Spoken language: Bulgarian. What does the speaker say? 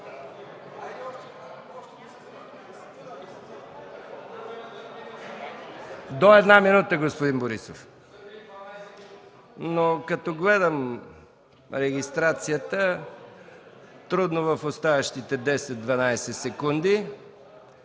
До една минута, господин Борисов. Като гледам регистрацията, трудно ще има кворум в оставащите 10-12 секунди.